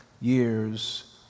years